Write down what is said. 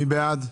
מי בעד?